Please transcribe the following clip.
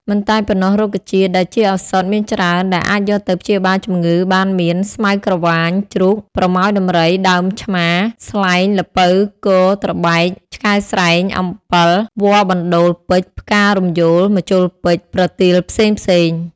មិនតែប៉ុណ្ណោះរុក្ខជាតិដែលជាឱសថមានច្រើនដែលអាចយកទៅព្យាបាលជំងឺបានមាន ស្មៅក្រវាញ ជ្រូក ប្រមោយដំរី ដើមឆ្មា ស្លែង ល្ពៅ គរ ត្របែក ឆ្កែស្រែង អំពិល វល្លិបណ្តូល ពេជ្រ ផ្ការំយោល ម្ជុលពេជ្រ ប្រទាលផ្សេងៗ...។